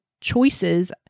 choices